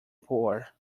poor